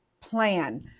plan